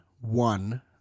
one